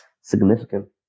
significant